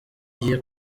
ngiye